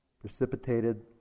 precipitated